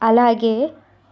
అలాగే